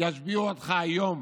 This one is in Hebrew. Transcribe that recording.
ישביעו אותך היום